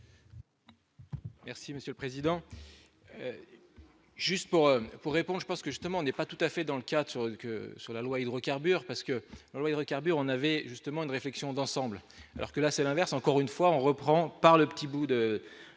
Merci monsieur le président, juste pour pour répond : parce que, justement, n'est pas tout à fait dans le cas de ce que, sur la loi hydrocarbure parce que Allègre carburant n'avait justement une réflexion d'ensemble, alors que là c'est l'inverse, encore une fois, on reprend par le petit bout de